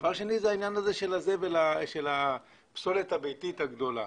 הדבר השני, העניין הזה של הפסולת הביתית הגדולה.